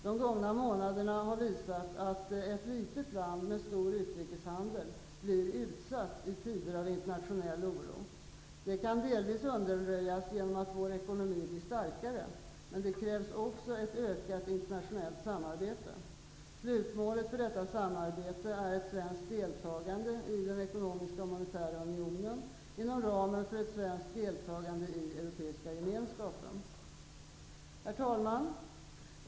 De gångna månaderna har visat att ett litet land med stor utrikeshandel blir utsatt i tider av internationell oro. Detta kan delvis undanröjas genom att vår ekonomi blir starkare, men det krävs också ett ökat internationellt samarbete. Slutmålet för detta samarbete är ett svenskt deltagande i den ekonomiska och monetära unionen inom ramen för ett svenskt deltagande i Europeiska gemenskapen. Herr talman!